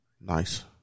Nice